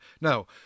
Now